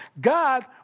God